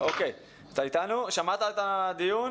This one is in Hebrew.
שמעת את הדיון?